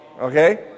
Okay